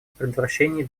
предотвращении